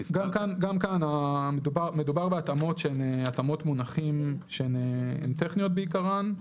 כאן מדובר בהתאמות שהן התאמות מונחים טכניות בעיקרן.